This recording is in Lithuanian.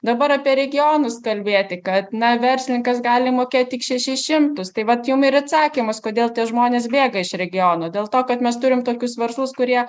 dabar apie regionus kalbėti kad na verslininkas gali mokėt tik šešis šimtus tai vat jum ir atsakymas kodėl tie žmonės bėga iš regiono dėl to kad mes turim tokius verslus kurie